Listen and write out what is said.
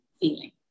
feeling